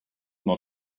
not